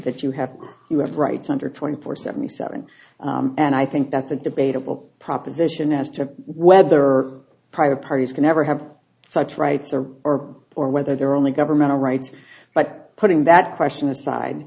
that you have to have rights under twenty four seventy seven and i think that's a debatable proposition as to whether private parties can ever have such rights or or or whether they're only governmental rights but putting that question aside